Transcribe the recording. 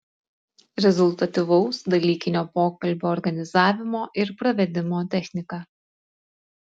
rezultatyvaus dalykinio pokalbio organizavimo ir pravedimo technika